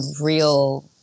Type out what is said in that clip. real